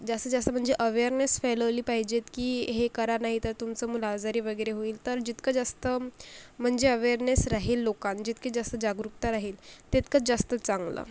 जास्तीत जास्त म्हणजे अवेअरनेस फैलवली पाहिजेत की हे करा नाहीतर तुमचं मूल आजारी वगैरे होईल तर जितकं जास्त म्हणजे अवेअरनेस राहील लोकां जितके जास्त जागरूकता राहील तितकं जास्त चांगलं